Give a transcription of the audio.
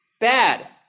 Bad